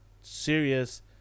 serious